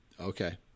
Okay